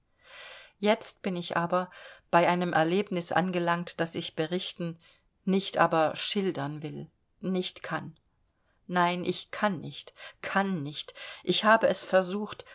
jetzt bin ich aber bei einem erlebnis angelangt das ich berichten nicht aber schildern will nicht kann nein ich kann nicht kann nicht ich habe es versucht